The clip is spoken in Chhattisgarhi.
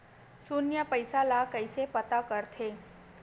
शून्य पईसा ला कइसे पता करथे?